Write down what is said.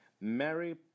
Mary